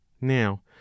now